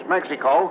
Mexico